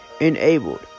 enabled